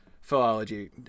philology